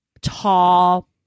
tall